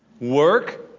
Work